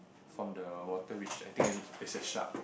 of the water which I think is a shark